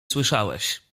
słyszałeś